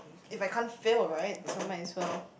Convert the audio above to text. if I can't fail right so might as well